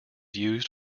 used